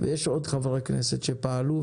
ויש עוד חברי כנסת שפעלו.